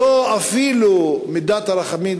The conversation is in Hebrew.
אפילו ללא מידת הרחמים,